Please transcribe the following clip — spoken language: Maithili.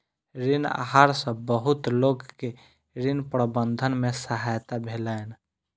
ऋण आहार सॅ बहुत लोक के ऋण प्रबंधन में सहायता भेलैन